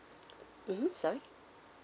mmhmm sorry